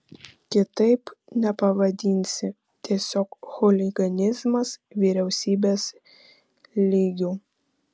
kitaip nepavadinsi tiesiog chuliganizmas vyriausybės lygiu